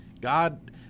God